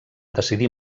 decidir